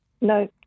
No